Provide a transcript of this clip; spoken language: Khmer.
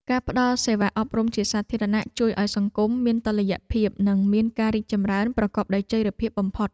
ការផ្តល់សេវាអប់រំជាសាធារណៈជួយឱ្យសង្គមមានតុល្យភាពនិងមានការរីកចម្រើនប្រកបដោយចីរភាពបំផុត។